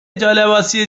جالباسی